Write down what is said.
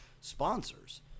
sponsors